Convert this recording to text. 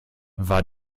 war